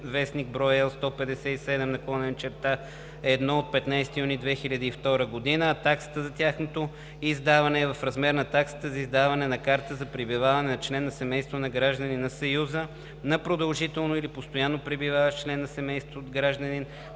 на трети страни (OB, L 157/1 от 15 юни 2002 г.), а таксата за тяхното издаване е в размер на таксата за издаване на „карта за пребиваване на член на семейството на гражданин на Съюза“ на продължително или постоянно пребиваващ член на семейство на гражданин